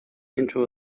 into